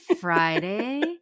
Friday